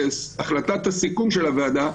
בהחלטת הסיכום של הוועדה,